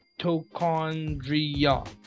mitochondria